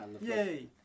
yay